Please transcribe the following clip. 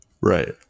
right